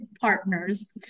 partners